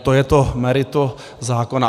To je to meritum zákona.